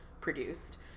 produced